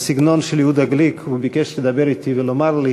בסגנון של יהודה גליק, הוא ביקש לדבר אתי ולומר לי